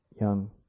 young